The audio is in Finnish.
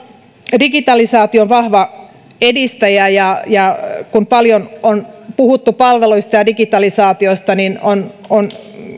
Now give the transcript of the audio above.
digitalisaation vahva edistäjä ja ja kun paljon on puhuttu palveluista ja digitalisaatiosta niin on on